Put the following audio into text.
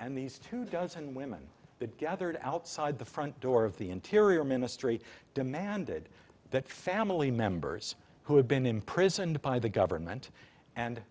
and these two dozen women that gathered outside the front door of the interior ministry demanded that family members who had been imprisoned by the government and